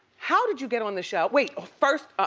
how did you get on the show? wait, ah first